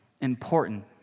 important